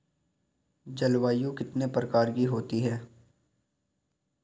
जलवायु कितने प्रकार की होती हैं?